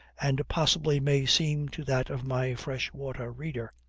and possibly may seem to that of my fresh-water reader.